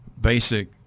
basic